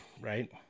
right